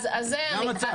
זה המצב.